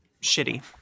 shitty